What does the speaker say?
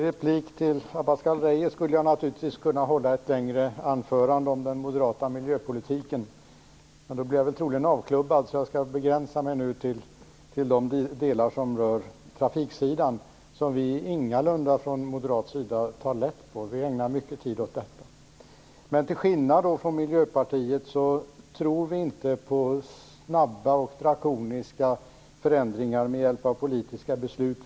Herr talman! Jag skulle naturligtvis kunna hålla ett längre anförande om den moderata miljöpolitiken, men då blir jag troligen avklubbad så att säga. Därför skall jag begränsa mig till de delar som rör trafiksidan, som vi moderater ingalunda tar lätt på. Vi ägnar i faktiskt mycket tid åt de sakerna. Till skillnad från Miljöpartiet tror inte vi på snabba och drakoniska förändringar med hjälp av politiska beslut.